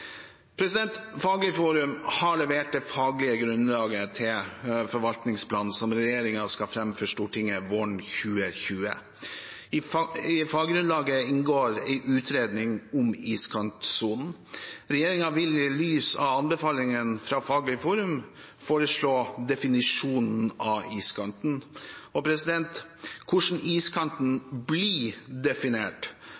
har levert det faglige grunnlaget til forvaltningsplanen som regjeringen skal fremme for Stortinget våren 2020. I faggrunnlaget inngår en utredning om iskantsonen. Regjeringen vil i lys av anbefalingene fra Faglig forum foreslå definisjonen av iskanten. Og hvordan